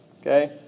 Okay